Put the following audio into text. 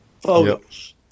photos